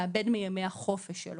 מאבד מימי החופש שלו.